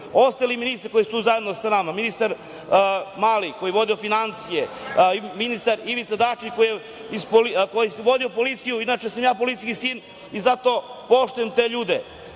ministri koji su tu zajedno sa nama, ministar Mali, koji je vodio finansije, ministar Ivica Dačić koji je vodio policiju, inače sam ja policijski sin i zato poštujem te ljude.